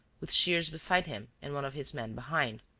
with shears beside him and one of his men behind.